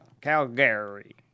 Calgary